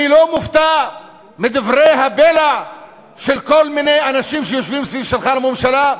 אני לא מופתע מדברי הבלע של כל מיני אנשים שיושבים סביב שולחן הממשלה,